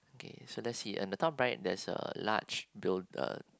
okay so let's see on the top right there's a large build